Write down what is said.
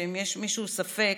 שאם יש למישהו ספק,